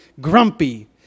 grumpy